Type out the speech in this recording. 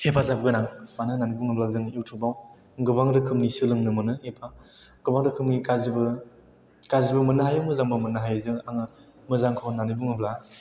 हेफाजाब गोनां मानो होननानै बुङोब्ला जों युटुब आव गोबां रोखोमनि सोलोंनो मोनो एबा गोबां रोखोमनि गाज्रिबो मोननो हायो मोजांबो मोननो हायो जोङो आङो मोजांखौ होननानै बुङोब्ला